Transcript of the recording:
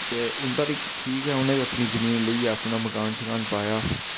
ते उं'दा बी ठीक गै उ'नें बी अपनी जमीन लेइयै अपना मकान शकान पाया